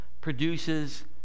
produces